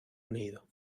unido